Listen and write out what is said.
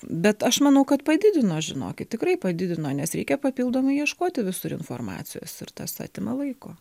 bet aš manau kad padidino žinokit tikrai padidino nes reikia papildomai ieškoti visur informacijos ir tas atima laiko